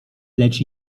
lecz